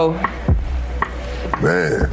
Man